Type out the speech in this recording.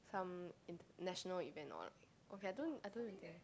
some international event or what like okay I don't I don't